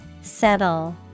settle